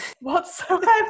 whatsoever